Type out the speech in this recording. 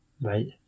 Right